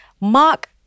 Mark